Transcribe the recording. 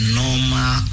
normal